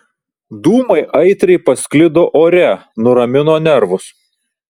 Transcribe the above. dūmai aitriai pasklido ore nuramino nervus